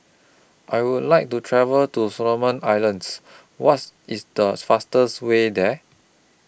I Would like to travel to Solomon Islands What IS The fastest Way There